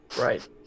Right